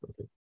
Okay